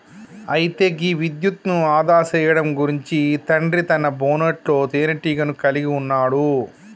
అయితే గీ విద్యుత్ను ఆదా సేయడం గురించి తండ్రి తన బోనెట్లో తీనేటీగను కలిగి ఉన్నాడు